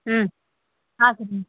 ம் ஆ சரிங்க